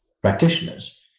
practitioners